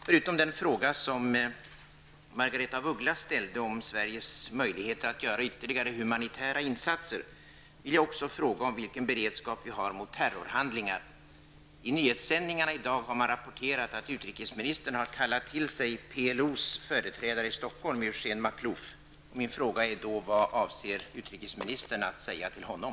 Förutom den fråga som Margaretha af Ugglas ställde om Sveriges möjligheter att göra ytterligare humanitära insatser, vill jag också fråga om vilken beredskap vi har mot terrorhandlingar. I nyhetssändningarna i dag har man rapporterat att utrikesministern har kallat till sig PLOs företrädare i Stockholm Eugene Maklouf. Vad avser utrikesministern att säga till honom?